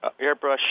airbrush